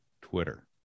twitter